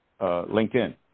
LinkedIn